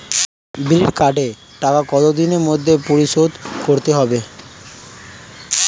বিড়ির কার্ডের টাকা কত দিনের মধ্যে পরিশোধ করতে হবে?